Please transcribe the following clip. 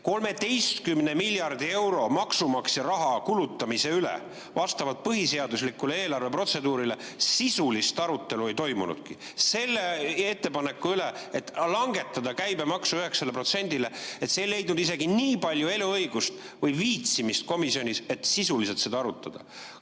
13 miljardi euro maksumaksja raha kulutamise üle vastavalt põhiseaduslikule eelarveprotseduurile sisulist arutelu ei toimunudki. Ettepanek langetada käibemaksu 9%-le ei leidnud isegi nii palju eluõigust või viitsimist komisjonis, et sisuliselt seda arutada. Mu